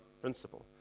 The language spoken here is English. principle